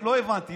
לא הבנתי.